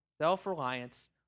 Self-reliance